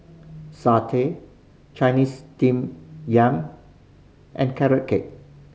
satay Chinese Steamed Yam and Carrot Cake